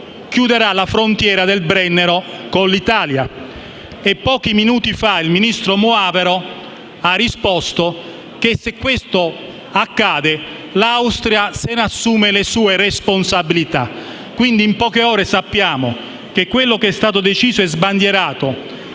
chiuderà la frontiera del Brennero con l'Italia e pochi minuti fa il ministro Moavero ha risposto che se questo accadrà l'Austria si assumerà le sue responsabilità. In poche ore abbiamo saputo quindi che quanto è stato deciso e sbandierato